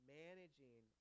managing